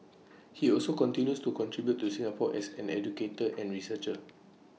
he also continues to contribute to Singapore as an educator and researcher